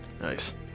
Nice